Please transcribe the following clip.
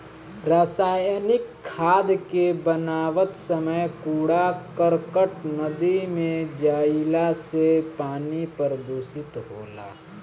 रासायनिक खाद के बनावत समय कूड़ा करकट नदी में जईला से पानी प्रदूषित होला